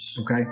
Okay